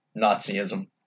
Nazism